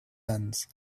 ends